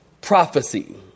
prophecy